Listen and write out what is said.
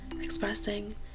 Expressing